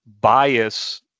bias